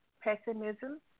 pessimism